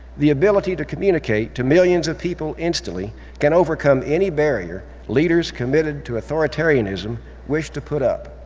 the ability to communicate to millions of people instantly can overcome any barrier leaders committed to authoritarianism wish to put up.